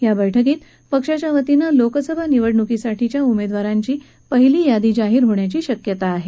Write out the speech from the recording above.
या बैठकीत पक्षाच्या वतीनं लोकसभा निवडणूकीसाठीच्या उमेदवारांची पहीली यादी जाहीर होण्याची शक्यता आहे